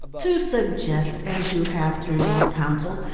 to suggest, as you have through your counsel,